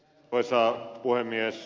arvoisa puhemies